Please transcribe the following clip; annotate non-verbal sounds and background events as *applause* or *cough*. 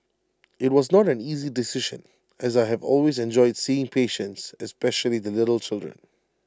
*noise* IT was not an easy decision as I have always enjoyed seeing patients especially the little children